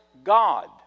God